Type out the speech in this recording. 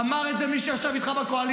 אמר את זה מי שישב איתך בקואליציה.